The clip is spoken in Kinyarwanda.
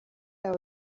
yawe